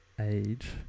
age